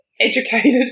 educated